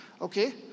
okay